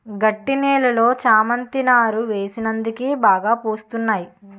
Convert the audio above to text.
గట్టి నేలలో చేమంతి నారు వేసినందుకే బాగా పూస్తున్నాయి